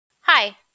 Hi